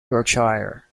yorkshire